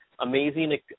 amazing